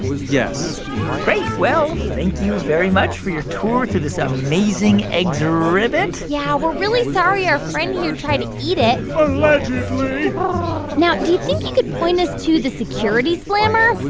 yes great. well, thank you very much for your tour through this amazing ex-ribbit yeah. we're really sorry our friend here tried to eat it allegedly now, do you think you could point us to the security slammer?